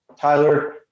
Tyler